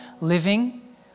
living